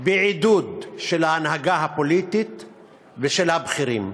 בעידוד ההנהגה הפוליטית והבכירים,